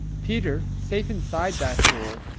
peter, safe inside that hole,